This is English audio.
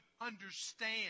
understand